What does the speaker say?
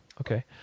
Okay